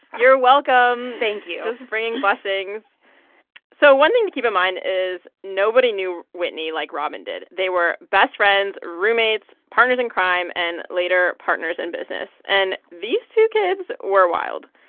you're welcome thank you just bringing blessings so one thing to keep in mind is nobody knew whitney like robyn did. they were best friends, roommates, partners in crime and, later, partners in business. and these two kids were wild.